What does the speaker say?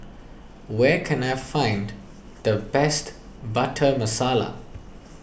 where can I find the best Butter Masala